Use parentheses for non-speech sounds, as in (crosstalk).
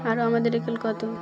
আরও আমাদের (unintelligible) কত